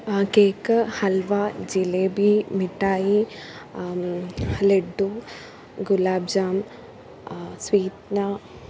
ആ കേക്ക് ഹൽവ ജിലേബി മിഠായി ലെഡ്ഡു ഗുലാബ് ജാം സ്വീറ്റ്ന